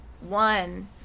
one